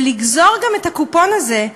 ולגזור גם את הקופון הזה,